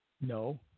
No